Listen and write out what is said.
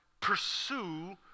pursue